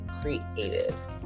creative